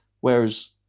Whereas